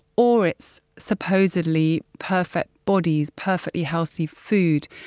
or it's supposedly perfect bodies, perfectly healthy food,